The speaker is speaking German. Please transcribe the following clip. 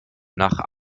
nach